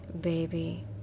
Baby